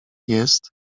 jest